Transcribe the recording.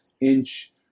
inch